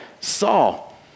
Saul